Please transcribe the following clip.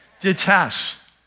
Detest